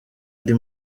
ari